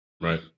right